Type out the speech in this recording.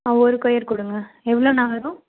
ஆ ஒரு கொயர் கொடுங்க எவ்வளோண்ணா வரும்